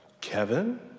Kevin